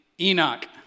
Enoch